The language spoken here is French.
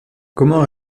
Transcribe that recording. comment